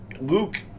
Luke